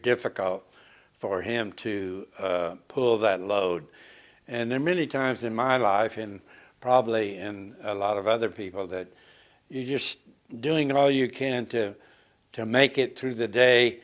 difficult for him to pull that load and then many times in my life and probably a lot of other people that you just doing all you can to to make it through the day